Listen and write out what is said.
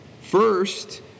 First